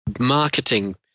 marketing